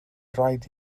rhaid